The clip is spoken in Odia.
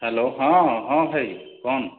ହ୍ୟାଲୋ ହଁ ହଁ ଭାଇ କହୁନ୍